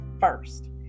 first